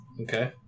Okay